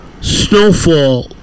Snowfall